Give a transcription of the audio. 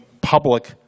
public